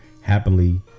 happily